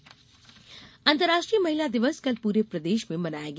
महिला दिवस अंतरराष्ट्रीय महिला दिवस कल पूरे प्रदेष में मनाया गया